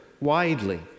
widely